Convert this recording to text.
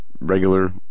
regular